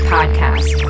Podcast